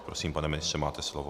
Prosím, pane ministře, máte slovo.